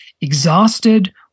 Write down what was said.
exhausted